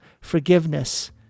forgiveness